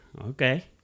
okay